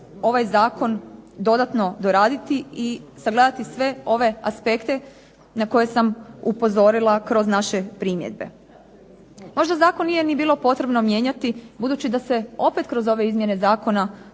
ovaj zakon dodatno doraditi i sagledati sve ove aspekte na koje sam upozorila kroz naše primjedbe. Možda zakon nije ni bilo potrebno mijenjati, budući da se opet kroz ove izmjene zakona